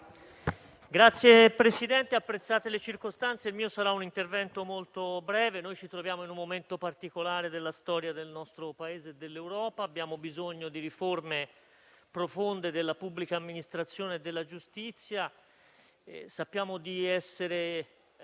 Signor Presidente, considerate le circostanze, il mio sarà un intervento molto breve. Ci troviamo in un momento particolare della storia del nostro Paese e dell'Europa, abbiamo bisogno di riforme profonde della pubblica amministrazione e della giustizia, sappiamo di essere